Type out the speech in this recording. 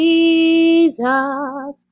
Jesus